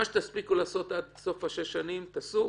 מה שתספיקו לעשות עד סוף שש השנים תעשו,